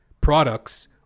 products